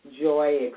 joy